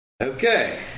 Okay